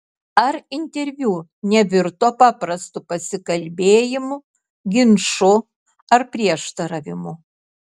ar interviu nevirto paprastu pasikalbėjimu ginču ar prieštaravimu